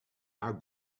are